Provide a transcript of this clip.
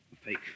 fake